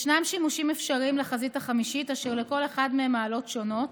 ישנם שימושים אפשריים לחזית החמישית אשר לכל אחד מעלות שונות.